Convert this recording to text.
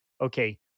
okay